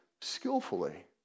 skillfully